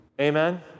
Amen